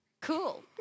cool